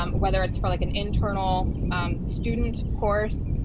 um whether it's for like an internal student course,